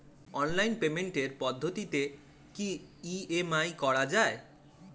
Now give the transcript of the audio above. Online পেমেন্টের পদ্ধতিতে কি ই.এম.আই করা যায়?